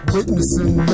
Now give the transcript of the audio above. Witnessing